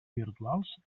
virtuals